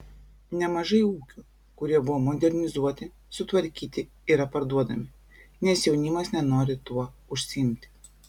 nemažai ūkių kurie buvo modernizuoti sutvarkyti yra parduodami nes jaunimas nenori tuo užsiimti